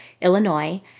Illinois